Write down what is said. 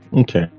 Okay